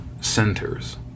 centers